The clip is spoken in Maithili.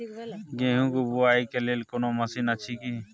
गेहूँ के बुआई के लेल कोनो मसीन अछि की?